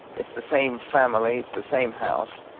it's the same family. it's the same house.